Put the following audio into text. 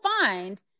find